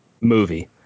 movie